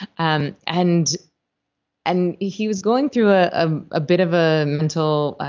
and and and he was going through a ah a bit of a mental.